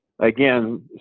again